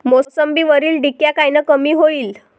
मोसंबीवरील डिक्या कायनं कमी होईल?